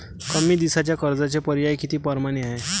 कमी दिसाच्या कर्जाचे पर्याय किती परमाने हाय?